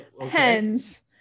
hens